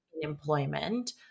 employment